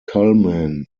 cullman